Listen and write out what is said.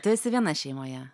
tu esi viena šeimoje